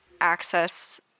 access